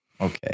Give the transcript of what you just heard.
Okay